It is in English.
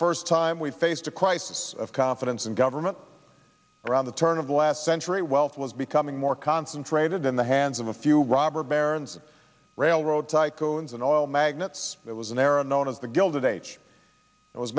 first time we've faced a crisis of confidence in government around the turn of last century wealth was becoming more concentrated in the hands of a few robber barons railroad tycoons and oil magnets it was an era known as the gilded age it was